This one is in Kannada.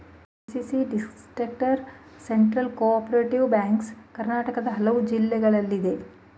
DCC district central cooperative banks ಕರ್ನಾಟಕದ ಹಲವು ಜಿಲ್ಲೆಗಳಲ್ಲಿದೆ